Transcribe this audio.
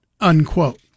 unquote